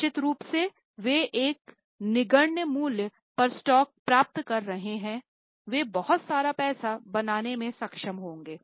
निश्चित रूप से वे एक नगण्य मूल्य पर स्टॉक प्राप्त कर रहे हैं वे बहुत सारा पैसा बनाने में सक्षम होंगे